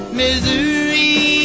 misery